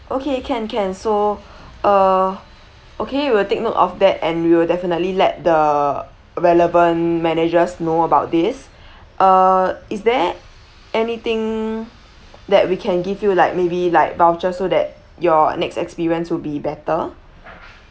okay can can so uh okay we will take note of that and we will definitely let the relevant managers know about this uh is there anything that we can give you like maybe like voucher so that your next experience will be better